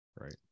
right